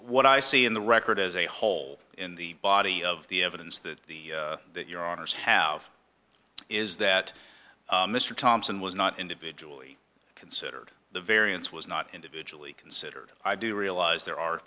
what i see in the record as a whole in the body of the evidence that the that your honors have is that mr thompson was not individually considered the variance was not individually considered i do realize there are